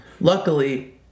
luckily